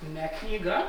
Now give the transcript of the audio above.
ne knyga